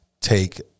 take